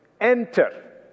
enter